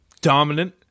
dominant